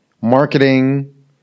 marketing